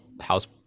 house